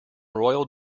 royal